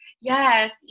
Yes